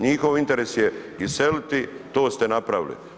Njihov interes je iseliti, to ste napravili.